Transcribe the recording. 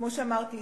כמו שאמרתי,